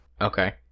Okay